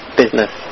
business